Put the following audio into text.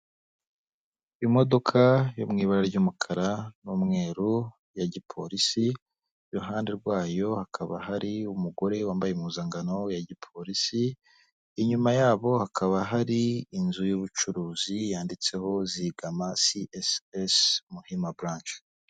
Imodoka yo mu ibara ry'umukara n'umweru ya gipolisi, iruhande rwayo hakaba hari umugore wambaye impuzankano ya gipolisi, inyuma yabo hakaba hari inzu y'ubucuruzi yanditseho zigama CSS, Muhima buranshi.